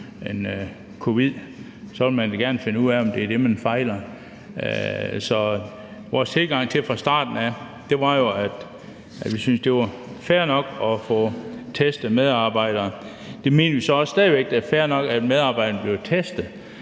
symptomer? Så vil man da gerne finde ud af, om det er det, man fejler. Så vores tilgang til det var fra starten, at vi syntes, at det var fair nok, at man kunne få testet sine medarbejderne. Vi mener stadig væk, at det er fair nok, at medarbejderne bliver testet,